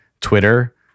Twitter